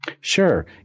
Sure